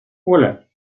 оля